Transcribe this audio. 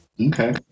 Okay